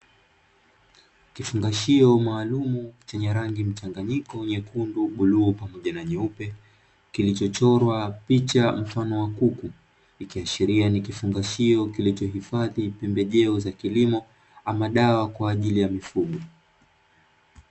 Kifungashio maalumu chenye rangi mchanganyiko nyekundu, bluu pamoja na nyeupe, kilichochorwa picha mfano wa kuku, ikiashiria ni kifungashio kilichohifadhi pembejeo za kilimo ama dawa kwa ajili ya mifugo.